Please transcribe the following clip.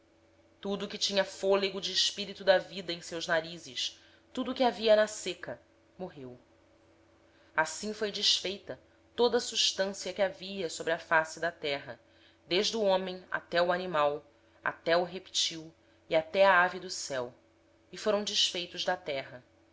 tudo o que tinha fôlego do espírito de vida em suas narinas tudo o que havia na terra seca morreu assim foram exterminadas todas as criaturas que havia sobre a face da terra tanto o homem como o gado o réptil e as aves do céu todos foram exterminados da terra